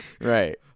Right